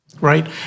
Right